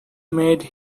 made